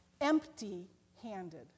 empty-handed